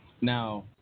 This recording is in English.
Now